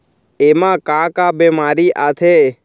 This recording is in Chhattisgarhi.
एमा का का बेमारी आथे?